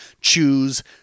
choose